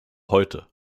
heute